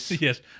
Yes